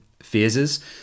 phases